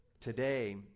today